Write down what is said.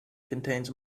contains